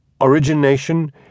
origination